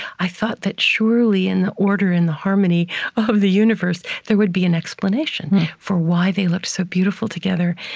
i thought that surely in the order and the harmony of the universe, there would be an explanation for why they looked so beautiful together.